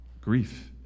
Grief